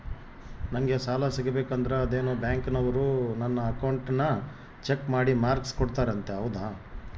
ನಂಗೆ ಸಾಲ ಸಿಗಬೇಕಂದರ ಅದೇನೋ ಬ್ಯಾಂಕನವರು ನನ್ನ ಅಕೌಂಟನ್ನ ಚೆಕ್ ಮಾಡಿ ಮಾರ್ಕ್ಸ್ ಕೊಡ್ತಾರಂತೆ ಹೌದಾ?